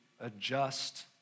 adjust